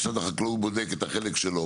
משרד החקלאות בודק את החלק שלו,